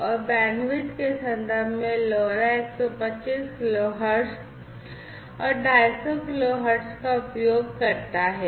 और बैंडविड्थ के संदर्भ में LoRa 125 किलोहर्ट्ज़ और 250 किलोहर्ट्ज़ का उपयोग करता है